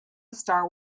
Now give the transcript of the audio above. star